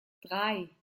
drei